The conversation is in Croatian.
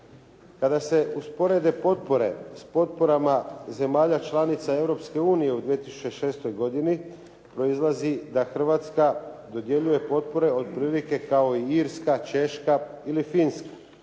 Kada se usporede potpore s potporama zemalja članica Europske unije u 2006. godini proizlazi da Hrvatska dodjeljuje potpore otprilike kao i Irska, Češka ili Finska,